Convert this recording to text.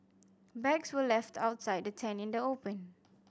bags were left outside the tent in the open